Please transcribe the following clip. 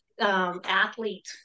athlete